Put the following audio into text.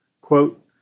Quote